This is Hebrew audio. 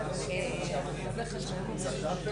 כולם מאמינים שצריך לפתח את אותם אזורים על מנת שתהיה התחלה,